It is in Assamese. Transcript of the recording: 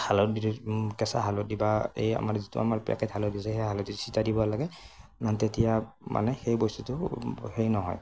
হালধী দি কেঁচা হালধী বা এই আমাৰ যিটো আমাৰ পেকেট হালধী আছে সেই হালধি চিতাই দিব লাগে ন তেতিয়া মানে সেই বস্তুটো হেৰি নহয়